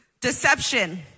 deception